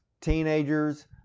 teenagers